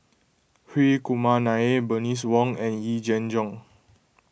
Hri Kumar Nair Bernice Wong and Yee Jenn Jong